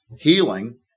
healing